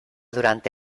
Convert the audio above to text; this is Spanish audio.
durante